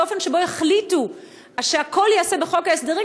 האופן שבו החליטו שהכול ייעשה בחוק ההסדרים,